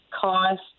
cost